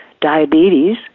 diabetes